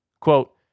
Quote